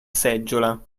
seggiola